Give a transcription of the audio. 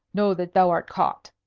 know that thou art caught.